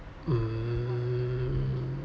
mm